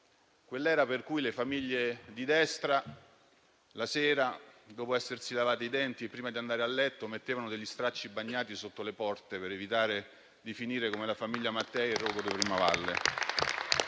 quell'era per cui le famiglie di destra la sera, dopo essersi lavate i denti, prima di andare a letto, mettevano degli stracci bagnati sotto le porte, per evitare di finire come la famiglia Mattei, nel rogo di Primavalle.